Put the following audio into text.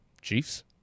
Chiefs